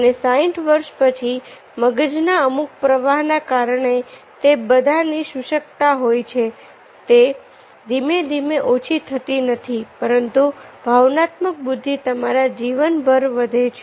અને 60 વર્ષ પછી મગજના અમુક પ્રવાહના કારણે તે બધાની શુષ્કતા હોય છે તે ધીમે ધીમે ઓછી થતી નથી પરંતુ ભાવનાત્મક બુદ્ધિ તમારા જીવનભર વધે છે